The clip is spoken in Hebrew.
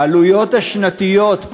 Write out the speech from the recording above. העלויות השנתיות,